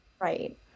Right